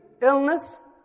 illness